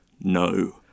No